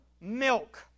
milk